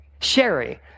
Sherry